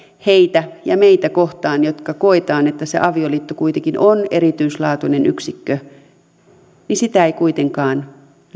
heitä ja meitä kohtaan jotka koemme että se avioliitto kuitenkin on erityislaatuinen yksikkö ei kuitenkaan